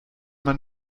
man